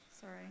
sorry